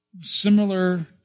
similar